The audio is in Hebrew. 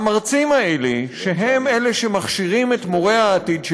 המרצים האלה, שהם שמכשירים את מורי העתיד שלנו,